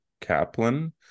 Kaplan